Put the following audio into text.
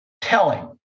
telling